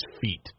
feet